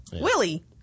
Willie